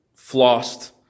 flossed